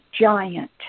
giant